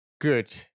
good